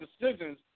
decisions